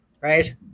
right